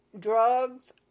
drugs